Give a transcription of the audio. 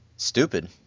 Stupid